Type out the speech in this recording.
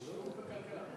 שיעור בכלכלה?